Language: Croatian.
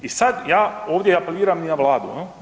I sad ja ovdje apeliram i na Vladu.